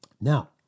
Now